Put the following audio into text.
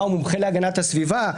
מה, הוא מומחה להגנת הסביבה?